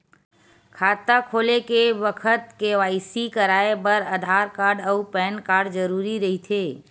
खाता खोले के बखत के.वाइ.सी कराये बर आधार कार्ड अउ पैन कार्ड जरुरी रहिथे